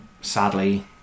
sadly